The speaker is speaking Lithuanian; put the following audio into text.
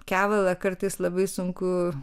kevalą kartais labai sunku